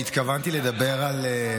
אני התכוונתי לדבר על,